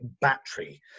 battery